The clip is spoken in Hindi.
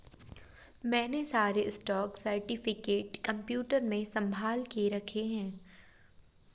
मैंने सारे स्टॉक सर्टिफिकेट कंप्यूटर में संभाल के रखे हैं